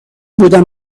بودم